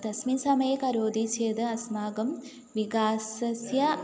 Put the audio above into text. तस्मिन् समये करोति चेद् अस्माकं विकासस्य